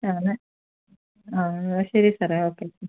ആണല്ലേ ആ എന്നാൽ ശരി സാറെ ഓക്കെ